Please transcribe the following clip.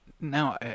Now